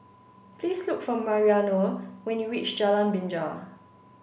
please look for Mariano when you reach Jalan Binja